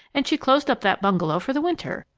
and she closed up that bungalow for the winter.